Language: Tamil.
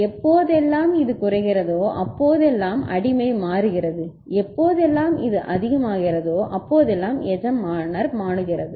எப்போதெல்லாம் இது குறைகிறதோ அப்போதெல்லாம் அடிமை மாறுகிறது எப்போதெல்லாம் இது அதிகமாகிறதோ அப்போதெல்லாம் எஜமானர் மாறுகிறது